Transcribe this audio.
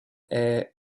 era